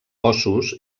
ossos